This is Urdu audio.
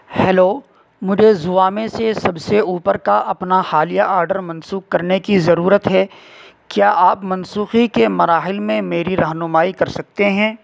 ہیلو مجھے زوامے سے سب سے اوپر کا اپنا حالیہ آڈر منسوخ کرنے کی ضرورت ہے کیا آپ منسوخی کے مراحل میں میری رہنمائی کر سکتے ہیں